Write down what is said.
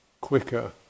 quicker